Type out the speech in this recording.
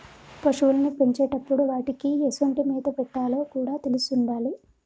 పశువుల్ని పెంచేటప్పుడు వాటికీ ఎసొంటి మేత పెట్టాలో కూడా తెలిసుండాలి